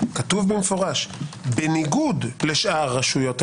כתוב במפורש: בניגוד לשאר רשויות המינהל,